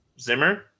Zimmer